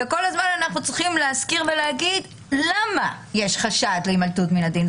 וכל הזמן אנחנו צריכים להזכיר ולהגיד למה יש חשד להימלטות מן הדין.